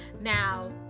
now